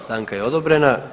Stanka je odobrena.